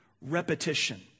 Repetition